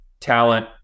talent